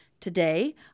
Today